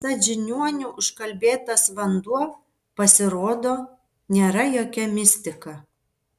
tad žiniuonių užkalbėtas vanduo pasirodo nėra jokia mistika